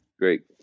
great